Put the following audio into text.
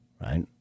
Right